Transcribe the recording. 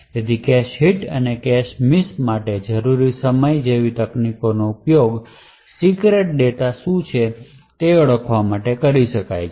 અને તેથીકેશ હિટ અને કેશ મિસ માટે જરૂરી સમય જેવી તકનીકોનો ઉપયોગ સીક્રેટ ડેટા શું છે તે ઓળખવા માટે કરી શકાય છે